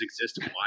exist